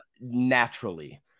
naturally